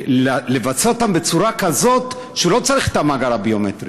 לבצע אותם בצורה כזאת שהוא לא צריך את המאגר הביומטרי,